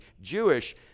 Jewish